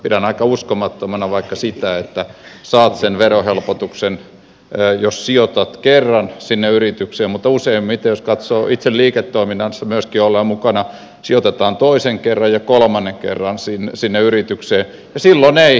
pidän aika uskomattomana vaikka sitä että saat verohelpotuksen jos sijoitat kerran yritykseen mutta useimmiten jos katsoo että itse liiketoiminnassa myöskin ollaan mukana sijoitetaan toisen kerran ja kolmannen kerran sinne yritykseen ja silloin ei enää saakaan